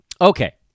Okay